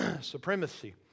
supremacy